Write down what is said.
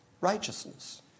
righteousness